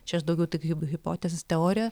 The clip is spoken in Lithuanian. čia aš daugiau tik hip hipotezės teoriją